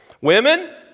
Women